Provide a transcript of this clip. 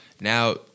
now